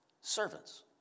servants